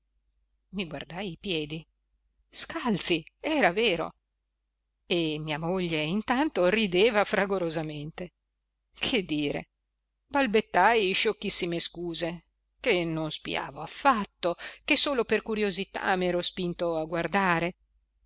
i guardai i piedi scalzi era vero e mia moglie intanto rideva fragorosamente che dire balbettai sciocchissime scuse che non spiavo affatto che solo per curiosità m'ero spinto a guardare